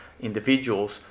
Individuals